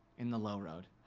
in the low road.